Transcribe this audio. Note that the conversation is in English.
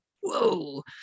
whoa